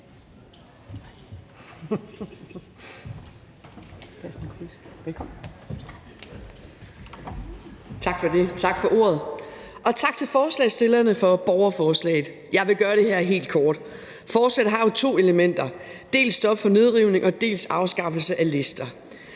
tak for ordet. Tak til forslagsstillerne for borgerforslaget. Jeg vil gøre det her helt kort. Forslaget har jo to elementer, dels stop for nedrivning, og dels afskaffelse af lister.